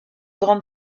grande